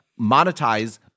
monetize